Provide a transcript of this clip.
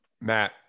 Matt